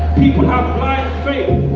people have blind faith